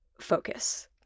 Focus